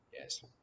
yes